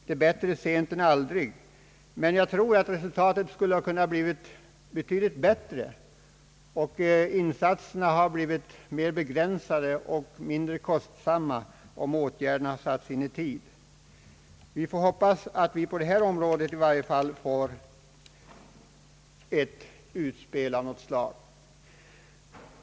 Det är bättre sent än aldrig, men jag tror att resultatet skulle ha kunnat bli betydligt bättre och insatserna mer begränsade och mindre kostsamma om åtgärderna satts in i tid. Vi får därför hoppas att det på detta område snarast görs ett utspel av något slag.